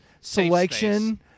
selection